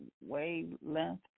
wavelength